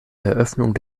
eröffnung